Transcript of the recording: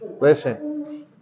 Listen